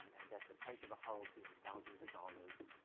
and there's the price of a house in thousands of dollars,